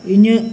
ᱤᱧᱟᱹᱜ